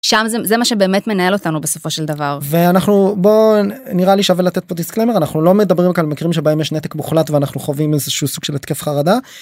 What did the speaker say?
שם זה מה שבאמת מנהל אותנו בסופו של דבר, ואנחנו נראה לי שווה לתת פה דיסקלמר, אנחנו לא מדברים על מקרים שבהם יש נתק מוחלט ואנחנו חווים איזשהו סוג של התקף חרדה.